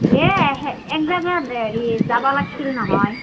এ এহে একজেগাত হেৰি যাবা লাগছিল নহয়